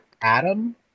Adam